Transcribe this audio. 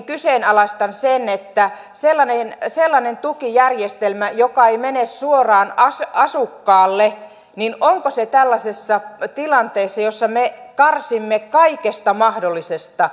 mutta edelleenkin kyseenalaistan sen onko sellainen tukijärjestelmä joka ei mene suoraan asukkaalle oikea tapa hoitaa asiaa tällaisessa tilanteessa jossa karsimme kaikesta mahdollisesta